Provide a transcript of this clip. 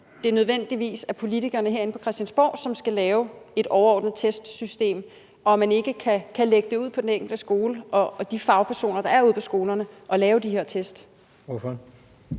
at det nødvendigvis er politikerne herinde på Christiansborg, som skal lave et overordnet testsystem, og at man ikke kan lægge det ud til den enkelte skole og de fagpersoner, der er ude på skolerne, at lave de her test?